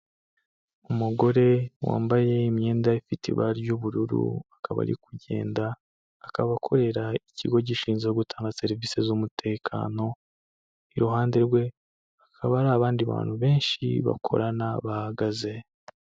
Umugore wambaye imyenda ifite ibara ry'ubururu, akaba ari kugenda, akaba akorera ikigo gishinzwe gutanga serivisi z'umutekano, iruhande rwe, hakaba hari abandi bantu benshi bakorana bahagaze.